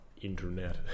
internet